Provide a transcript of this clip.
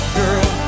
girl